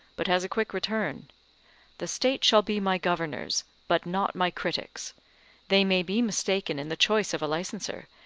but has a quick return the state shall be my governors, but not my critics they may be mistaken in the choice of a licenser,